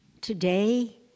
today